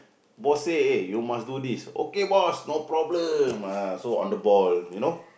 boss say eh you must do this okay boss no problem ah so on the ball you know